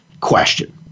question